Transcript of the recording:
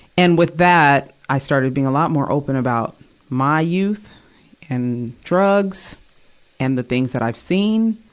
and with that, i started being a lot more open about my youth and drugs and the things that i've seen.